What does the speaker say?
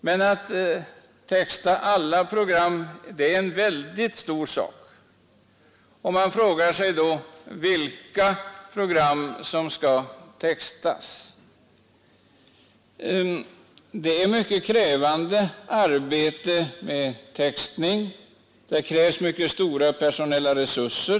Men att texta alla program är en oerhört stor sak. Man frågar sig också vilka program som först och främst skall textas. Textning är mycket arbetskrävande, och den tarvar mycket stora personalresurser.